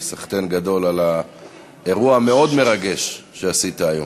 סחתיין גדול על האירוע המאוד-מרגש שעשית היום.